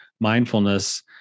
mindfulness